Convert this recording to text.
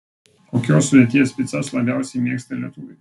kokios sudėties picas labiausiai mėgsta lietuviai